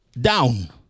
down